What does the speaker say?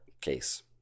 case